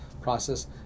process